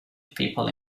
people